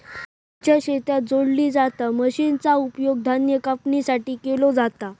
आमच्या शेतात जोडली जाता मशीनचा उपयोग धान्य कापणीसाठी केलो जाता